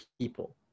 people